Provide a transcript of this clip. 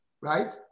right